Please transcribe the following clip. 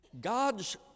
God's